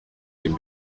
can